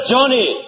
Johnny